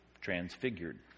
transfigured